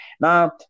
Now